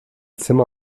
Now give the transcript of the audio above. zimmer